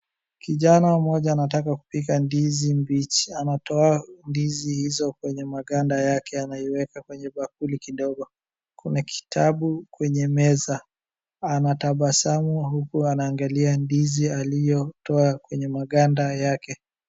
Kijana mmoja anataka kupika ndizi mbichi. Anatoa ndizi hizo kwenye maganda yake anaiweka kwenye bakuli kidogo. Kuna kitabu kwenye meza. Anatabasamu huku anaangalia ndizi aliyotoa kwenye maganda yake.